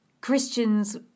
Christians